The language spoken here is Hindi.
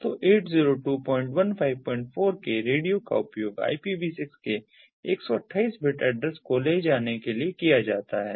तो 802154 के रेडियो का उपयोग IPV6 के 128 बिट एड्रेस को ले जाने के लिए किया जाता है